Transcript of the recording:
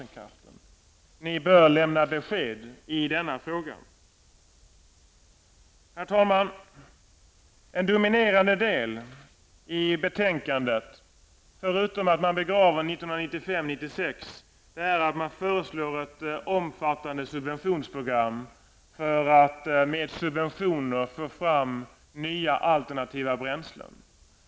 Ni bör lämna besked i den frågan. Herr talman! Ett dominerande inslag i betänkandet, förutom att man begraver 1995/96, är att man föreslår ett omfattande subventionsprogram för att få fram nya alternativa bränslen.